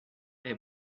est